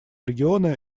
региона